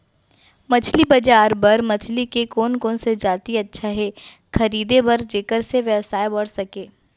मछली बजार बर मछली के कोन कोन से जाति अच्छा हे खरीदे बर जेकर से व्यवसाय बढ़ सके?